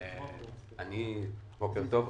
בוקר טוב,